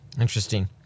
Interesting